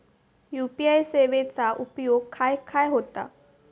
UPI सेवेचा उपयोग खाय खाय होता?